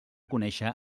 conèixer